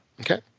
Okay